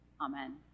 Amen